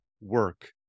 work